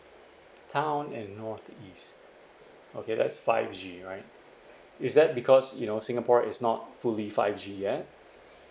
town and north east okay that's five G right is that because you know singapore is not fully five G yet